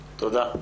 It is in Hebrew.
תודה.